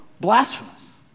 blasphemous